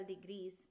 degrees